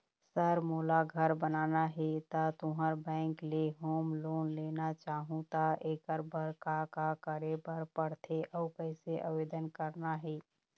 Sir मोला घर बनाना हे ता तुंहर बैंक ले होम लोन लेना चाहूँ ता एकर बर का का करे बर पड़थे अउ कइसे आवेदन करना हे?